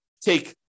Take